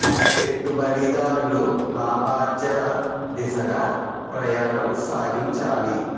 పెట్టుబడిదారులు లాభార్జన దిశగా ప్రయాణం సాగించాలి